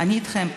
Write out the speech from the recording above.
אני איתכם פה.